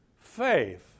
faith